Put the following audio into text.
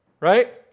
right